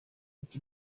iki